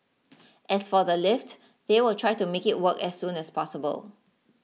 as for the lift they will try to make it work as soon as possible